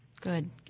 Good